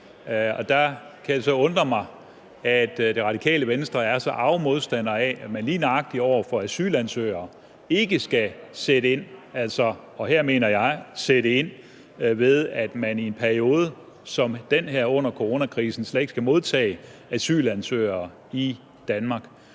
Der kan det så undre mig, at Det Radikale Venstre er så arge modstandere af, at man sætter ind lige nøjagtig over for asylansøgere, og her mener jeg sætte ind, ved at man i en periode som den her under coronakrisen slet ikke skal modtage asylansøgere i Danmark.